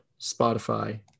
Spotify